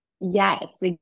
Yes